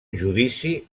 judici